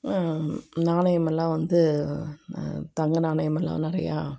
நாணயமெல்லாம் வந்து தங்க நாணயமெல்லாம் நிறையா